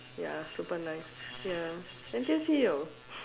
ya super nice ya N_T_U_C 有